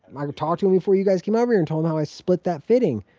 i could talk to him before you guys came over here and told him how i split that fitting.